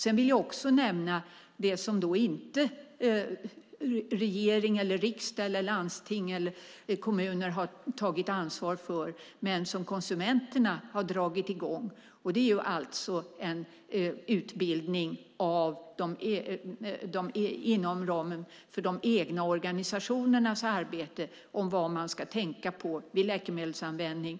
Jag vill också nämna det som regering, riksdag, landsting eller kommuner inte har tagit ansvar för men som konsumenterna har dragit i gång, och det är en utbildning inom ramen för de egna organisationernas arbete om vad man ska tänka på vid läkemedelsanvändning.